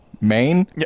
Main